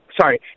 sorry